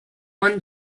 one